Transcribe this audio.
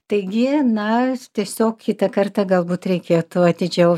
taigi na tiesiog kitą kartą galbūt reikėtų atidžiau